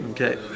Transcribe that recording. Okay